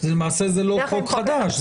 למעשה זה לא חוק חדש,